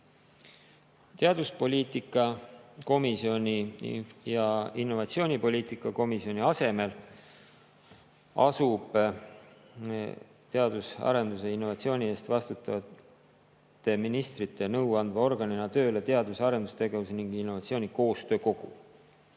Teaduspoliitika komisjoni ja innovatsioonipoliitika komisjoni asemel asub teadus- ja arendustegevuse ning innovatsiooni eest vastutavate ministrite nõuandva organina tööle teadus- ja arendustegevuse ning innovatsiooni koostöökogu.